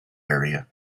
area